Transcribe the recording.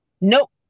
Nope